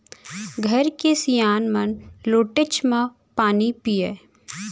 घर के सियान मन लोटेच म पानी पियय